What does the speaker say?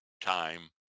time